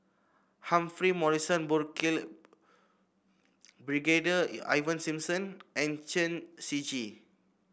Humphrey Morrison Burkill Brigadier Ivan Simson and Chen Shiji